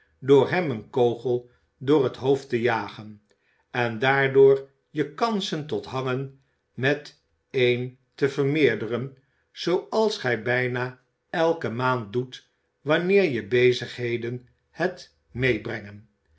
door hem een kogel door het hoofd te jagen en daardoor je kansen tot hangen met één te vermeerderen zooals gij bijna elke maand doet wanneer je bezigheden het meebrengen